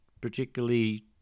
particularly